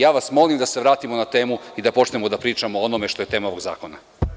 Ja vas molim da se vratimo na temu i da počnemo da pričamo o onome što je tema ovog zakona.